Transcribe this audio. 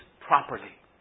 properly